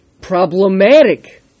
problematic